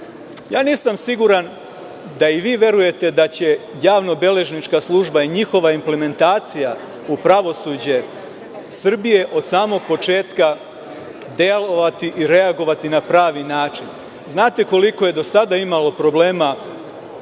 rad. Nisam siguran da i vi verujete da će javno beležnička služba i njihova implementacija u pravosuđe Srbije od samog početka delovati i reagovati na pravi način. Znate koliko je do sada imalo problema